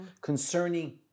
concerning